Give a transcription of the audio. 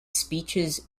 speeches